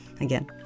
again